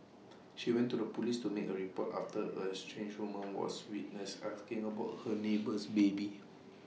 she went to the Police to make A report after A strange woman was witnessed asking about her neighbour's baby